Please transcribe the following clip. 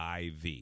IV